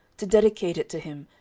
to dedicate it to him,